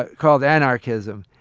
ah called anarchism,